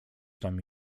tam